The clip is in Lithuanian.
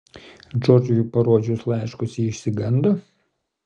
džordžui parodžius laiškus ji išsigando